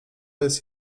jest